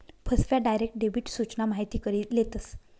फसव्या, direct debit सूचना माहिती करी लेतस